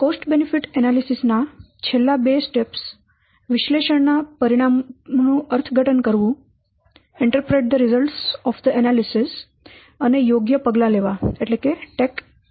તેથી cost benefit analysis નાં છેલ્લાં બે સ્ટેપ્સ વિશ્લેષણ નાં પરિણામો નું અર્થઘટન કરવું અને યોગ્ય પગલાં લેવા છે